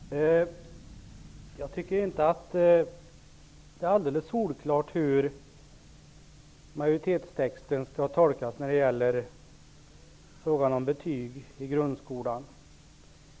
Herr talman! Jag tycker inte att det är alldeles solklart hur majoritetstexten skall tolkas när det gäller frågan om betyg i grundskolan.